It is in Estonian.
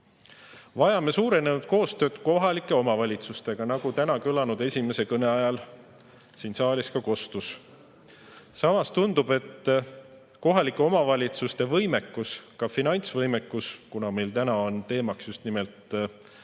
Vajame suuremat koostööd kohalike omavalitsustega, nagu täna kõlanud esimese kõne ajal siin saalis kostus. Samas tundub, et kohalike omavalitsuste võimekus – ka finantsvõimekus, kuna meil on täna teemaks just nimelt rahaline